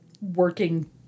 working